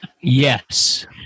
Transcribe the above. Yes